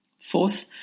Fourth